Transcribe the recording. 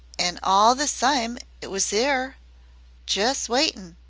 an' all the sime it was there jest waitin'.